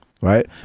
right